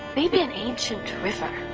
maybe an ancient river?